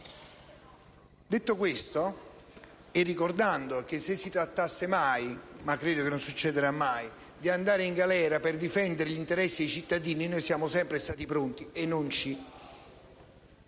Detto questo, ricordando che, se si trattasse - ma credo che non succederà mai - di andare in galera per difendere gli interessi dei cittadini, saremmo sempre pronti perché non ci